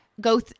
go